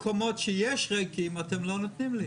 מקומות שיש ריקים אתם לא נותנים לי.